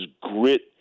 grit